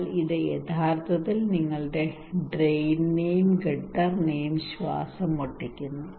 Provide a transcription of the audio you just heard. എന്നാൽ ഇത് യഥാർത്ഥത്തിൽ നിങ്ങളുടെ ഡ്രെയിനിനെയും ഗട്ടറിനെയും ശ്വാസം മുട്ടിക്കുന്നു